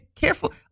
careful